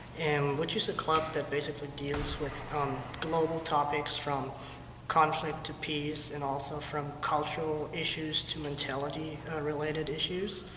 and we're just a club that basically deals with um global topics from conflict to peace, and also from cultural issues to mentality related issues.